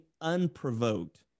unprovoked